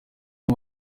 uyu